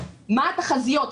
מה התחזיות,